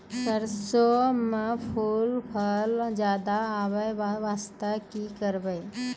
सरसों म फूल फल ज्यादा आबै बास्ते कि करबै?